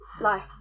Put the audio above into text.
life